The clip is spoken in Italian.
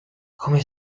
come